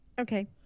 okay